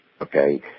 Okay